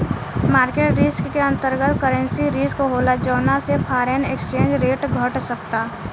market risk के अंतर्गत, currency risk होला जौना से फॉरेन एक्सचेंज रेट घट सकता